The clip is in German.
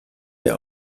mehr